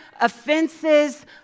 offenses